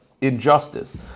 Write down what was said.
injustice